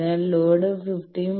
അതിനാൽ ലോഡ് 15